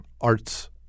arts